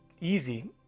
easy